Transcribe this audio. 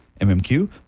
MMQ